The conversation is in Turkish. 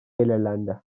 belirlendi